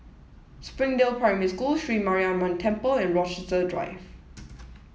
Springdale Primary School Sri Mariamman Temple and Rochester Drive